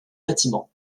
bâtiment